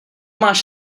máš